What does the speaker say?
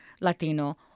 Latino